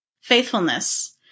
Faithfulness